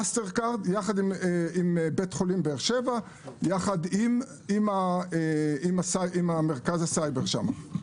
זה של מאסטרקארד יחד עם בית חולים באר שבע ויחד עם מרכז הסייבר שם.